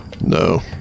no